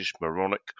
moronic